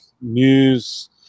news